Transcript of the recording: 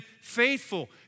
faithful